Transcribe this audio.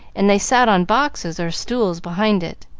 and they sat on boxes or stools behind it.